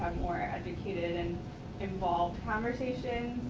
more educated and involved conversations.